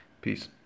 Peace